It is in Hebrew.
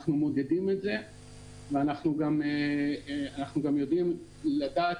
אנחנו מודדים את זה ואנחנו גם יודעים לדעת